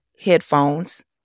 headphones